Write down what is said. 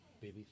Baby